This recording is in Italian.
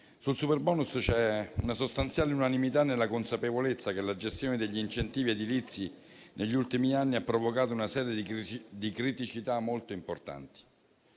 Sul superbonus c'è una sostanziale unanimità nella consapevolezza che la gestione degli incentivi edilizi negli ultimi anni ha provocato una serie di criticità molto importanti.